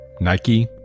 Nike